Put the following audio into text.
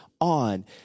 on